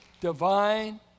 divine